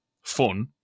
fun